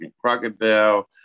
crocodile